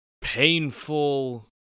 painful